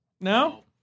No